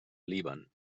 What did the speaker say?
líban